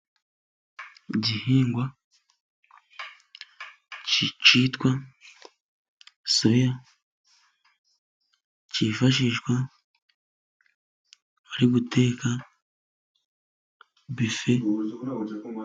Igihingwa cyitwa soya cyifashishwa bari guteka bufe.